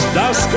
das